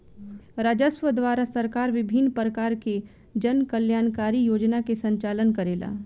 राजस्व द्वारा सरकार विभिन्न परकार के जन कल्याणकारी योजना के संचालन करेला